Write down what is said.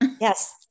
Yes